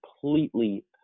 completely